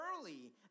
early